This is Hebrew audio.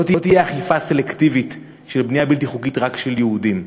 לא תהיה אכיפה סלקטיבית על בנייה בלתי חוקית רק של יהודים,